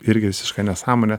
irgi visiška nesąmonė